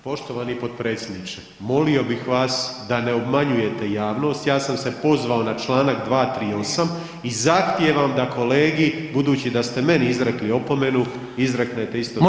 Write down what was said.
Poštovani potpredsjedniče molimo bih vas da ne obmanjujete javnost, ja sam se pozvao na Članak 238. i zahtijevam da kolegi budući da ste meni izrekli opomenu izreknete isto tako.